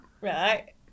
right